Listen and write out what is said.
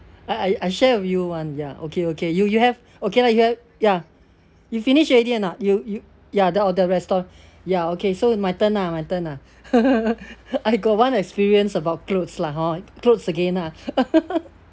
I I share with you one ya okay okay you you have okay lah you have you finish already or not you you ya the the restaura~ ya okay so my turn lah my turn lah I got one experience about clothes lah hor clothes again lah